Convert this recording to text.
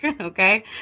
Okay